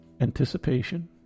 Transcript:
Anticipation